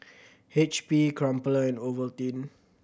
H P Crumpler and Ovaltine